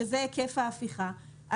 שזה היקף האכיפה,